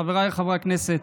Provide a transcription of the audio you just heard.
חבריי חברי הכנסת,